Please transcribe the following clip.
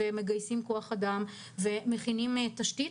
מגייסים כוח אדם ומכינים תשתית.